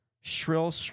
shrill